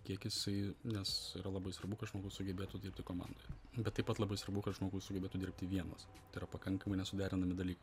kiek jisai nes yra labai svarbu kad žmogus sugebėtų dirbti komandoje bet taip pat labai svarbu kad žmogus sugebėtų dirbti vienas tai yra pakankamai nesuderinami dalykai